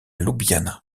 ljubljana